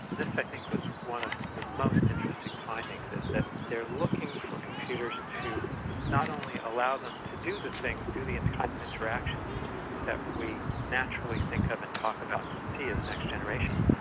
this i think was one of the most interesting findings, that they're looking for computers to not only allow them to do the things, do the and kinds of interactions that we naturally think of and talk about and see as next generation,